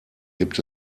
gibt